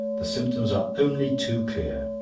the symptoms are only too clear.